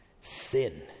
sin